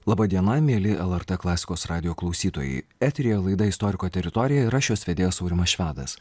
laba diena mieli lrt klasikos radijo klausytojai eteryje laida istoriko teritorija ir aš jos vedėjas aurimas švedas